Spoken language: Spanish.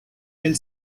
del